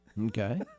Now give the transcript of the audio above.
Okay